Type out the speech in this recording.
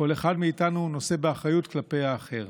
כל אחד מאיתנו נושא באחריות כלפי האחר.